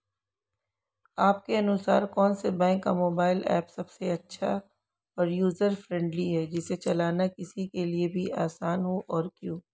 आपके अनुसार कौन से बैंक का मोबाइल ऐप सबसे अच्छा और यूजर फ्रेंडली है जिसे चलाना किसी के लिए भी आसान हो और क्यों?